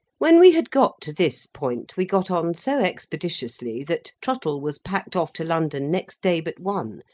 when we had got to this point, we got on so expeditiously, that trottle was packed off to london next day but one,